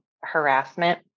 harassment